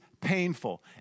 painful